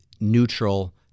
neutral